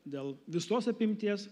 dėl visos apimties